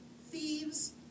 thieves